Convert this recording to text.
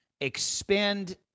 expand